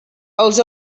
els